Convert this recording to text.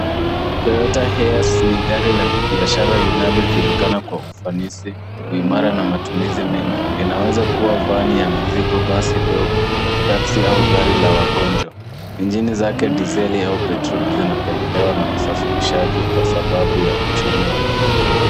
Toyota Hiace ni gari la kibiashara linalojulikana kwa ufanisi imara na matumizi mengi. Inaweza kuwa vani ya mizigo, basi dogo, teksi au gari la wagonjwa. Injini zake, dizeli au petroli zinapendelewa na wasafirishaji kwa sababu ya uchumi wa mafuta.